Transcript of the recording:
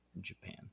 Japan